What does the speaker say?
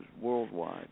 worldwide